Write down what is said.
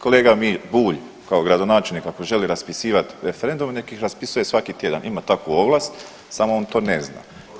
Kolega Miro Bulj kao gradonačelnik ako želi raspisivati referendume nek ih raspisuje svaki tjedan, ima takvu ovlast, samo on to ne zna.